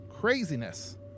craziness